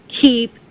keep